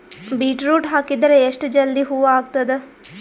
Beetroot ಹಾಕಿದರ ಎಷ್ಟ ಜಲ್ದಿ ಹೂವ ಆಗತದ?